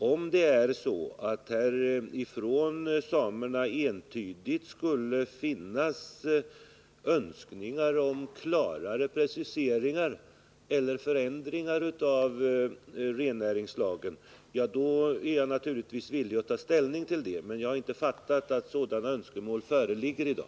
Om det från samerna skulle finnas entydiga önskningar om klarare preciseringar i eller förändringar av rennäringslagen, är jag naturligtvis villig att ta ställning till dessa. Men jag har inte uppfattat att några sådana önskemål föreligger i dag.